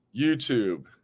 YouTube